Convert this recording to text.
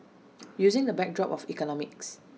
using the backdrop of economics